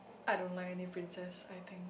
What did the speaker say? I don't like any princess I think